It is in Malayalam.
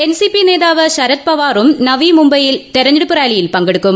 എൻസിപ്പി നേതാവ് ശരത് പവാറും നവി മുംബൈയിൽ തെരഞ്ഞെടുപ്പ് റാലിയിൽ പങ്കെടുക്കും